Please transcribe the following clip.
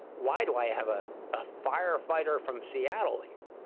why do i have a ah firefighter from seattle here?